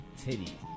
Titty